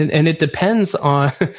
and and it depends on,